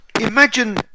Imagine